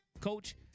Coach